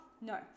no